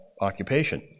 occupation